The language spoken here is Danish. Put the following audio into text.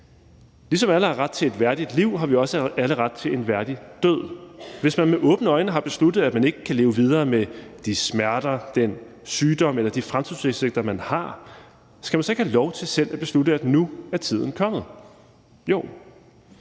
Ligesom alle har ret til et værdigt liv, har vi også alle ret til en værdig død. Hvis man med åbne øjne har besluttet, at man ikke kan leve videre med de smerter, den sygdom eller de fremtidsudsigter, man har, skal man så ikke have lov til selv at beslutte, at nu er tiden kommet? Jo.